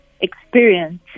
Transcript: experience